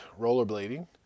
rollerblading